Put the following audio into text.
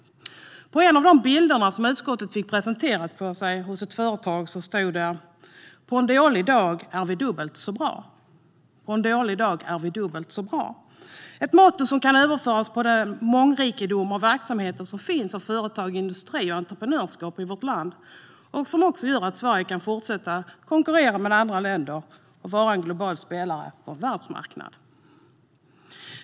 På en av de bilder som utskottet fick presenterade för sig hos ett företag stod det: "På en dålig dag är vi dubbelt så bra." Det är ett motto som kan överföras på den mångrikedom och verksamhet som finns av företag, industri och entreprenörskap i vårt land och som också gör att Sverige kan fortsätta att konkurrera med andra länder och vara en global spelare på en världsmarknad.